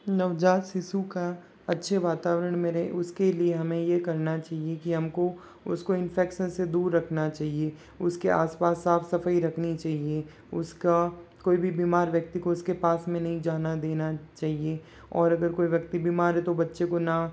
नवजात शिशु का अच्छे वातावरण मिले उसके लिए हमें यह करना चाहिए कि हमको उसको इन्फेक्शन से दूर रखना चाहिए उसके आस पास साफ़ सफाई रखनी चाहिए उसका कोई भी बीमार व्यक्ति को उसके पास में नहीं जाना देना चाहिए और अगर कोई व्यक्ति बीमार है तो बच्चे को ना